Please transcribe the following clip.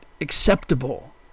acceptable